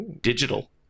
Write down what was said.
digital